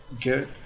good